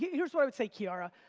here's what i would say, kiara.